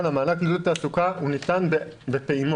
מענק עידוד התעסוקה, למשל, ניתן בפעימות,